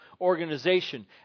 organization